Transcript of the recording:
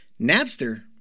Napster